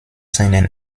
seinen